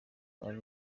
bari